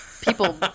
people